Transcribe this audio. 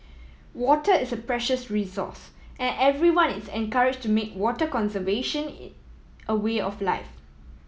water is a precious resource and everyone is encourage to make water conservation in a way of life